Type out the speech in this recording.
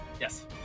Yes